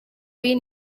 been